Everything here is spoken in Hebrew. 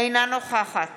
אינה נוכחת